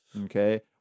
Okay